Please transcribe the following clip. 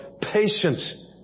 patience